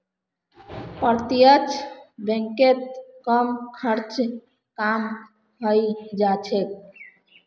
प्रत्यक्ष बैंकत कम खर्चत काम हइ जा छेक